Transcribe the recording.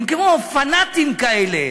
הם כמו פנאטים כאלה